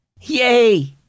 Yay